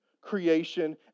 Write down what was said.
creation